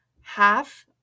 half